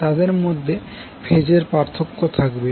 তাদের মধ্যে ফেজের পার্থক্য থাকবে